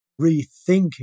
rethinking